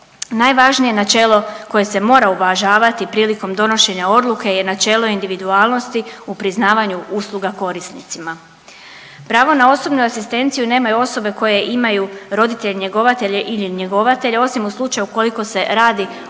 Najvažnije načelo koje se mora uvažavati prilikom donošenja odluke je načelo individualnosti u priznavanju usluga korisnicima. Pravo na osobnu asistenciju nemaju osobe koje imaju roditelje njegovatelje ili njegovatelje osim u slučaju ukoliko se radi o